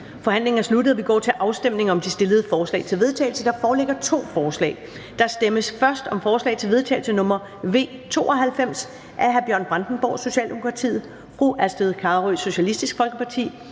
Forhandlingen er sluttet, og vi går til afstemning om de fremsatte forslag til vedtagelse. Der foreligger to forslag. Der stemmes først om forslag til vedtagelse nr. V 92 af Bjørn Brandenborg (S), Astrid Carøe (SF), Katrine Robsøe (RV),